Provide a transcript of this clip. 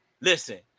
Listen